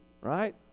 right